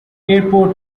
airport